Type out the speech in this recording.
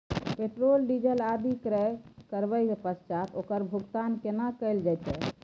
Petrol, diesel आदि क्रय करबैक पश्चात ओकर भुगतान केना कैल जेतै?